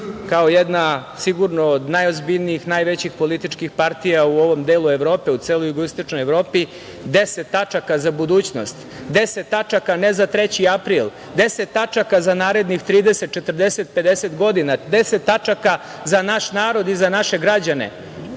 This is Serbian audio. kao jedna sigurno od najozbiljnijih, najvećih političkih partija u ovom delu Evrope, u celoj Jugoistočnoj Evropi, 10 tačaka za budućnost. Deset tačaka ne za 3. april, 10 tačaka za narednih 30, 40, 50 godina, 10 tačaka za naš narod i za naše građane